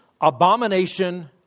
abomination